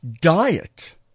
diet